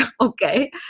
Okay